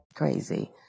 crazy